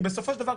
כי בסופו של דבר,